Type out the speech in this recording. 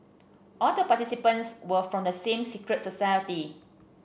all the participants were from the same secret society